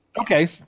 Okay